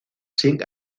sin